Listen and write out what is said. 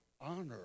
honor